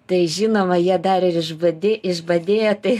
tai žinoma jie dar ir ižbadė išbadėję tai